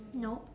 no